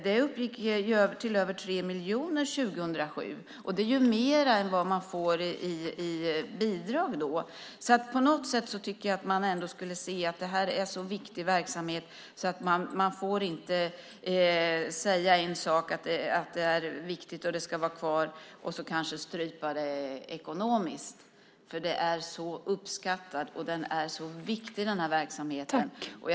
Det uppgick till över 3 miljoner år 2007, och det är mer än vad man får i bidrag. På något sätt borde man ändå se att det är en sådan viktig verksamhet. Man får inte säga en sak som att det är så viktigt att den ska vara kvar och sedan kanske strypa den ekonomiskt. Det är så uppskattat. Den här verksamheten är så viktig.